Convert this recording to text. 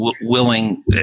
willing